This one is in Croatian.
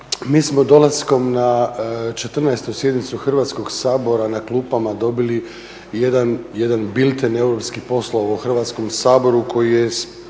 mi smo dolaskom na 14.sjednicu Hrvatskog sabora na klupama dobili jedan bilten europskih poslova u Hrvatskom saboru koji je